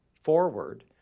forward